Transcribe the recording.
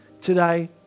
today